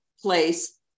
place